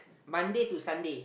Monday to Sunday